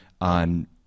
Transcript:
on